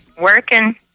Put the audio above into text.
Working